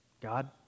God